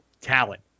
talent